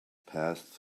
passed